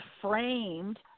framed